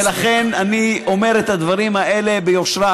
ולכן אני אומר את הדברים האלה ביושרה.